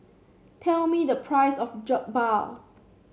tell me the price of Jokbal